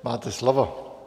Máte slovo.